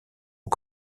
aux